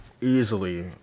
easily